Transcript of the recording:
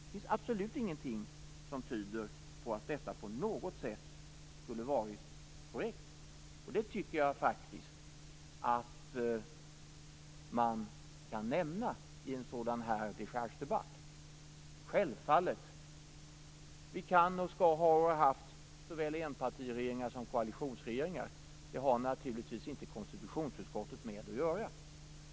Det finns absolut ingenting som tyder på att detta på något sätt skulle ha varit korrekt, och det tycker jag faktiskt att man kan nämna i en sådan här dechargedebatt. Självfallet kan och skall vi ha - och har haft - såväl enpartiregeringar som koalitionsregeringar. Det har naturligtvis inte konstitutionsutskottet med att göra.